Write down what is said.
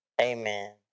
Amen